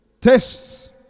Tests